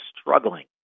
struggling